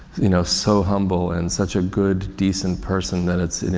you know, so humble and such a good decent person that it's, you know,